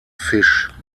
fish